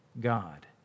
God